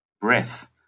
breath